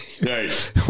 Nice